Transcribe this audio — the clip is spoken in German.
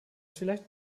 vielleicht